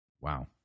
Wow